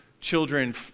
children